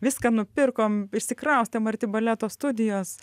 viską nupirkom išsikraustėm arti baleto studijos